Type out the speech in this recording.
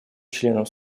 членам